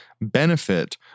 benefit